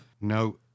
no